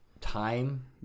time